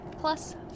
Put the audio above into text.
Plus